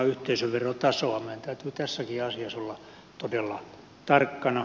meidän täytyy tässäkin asiassa olla todella tarkkana